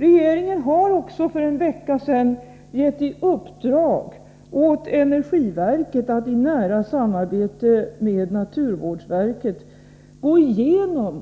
Regeringen har vidare för en vecka sedan gett i uppdrag åt energiverket att i nära samarbete med naturvårdsverket gå igenom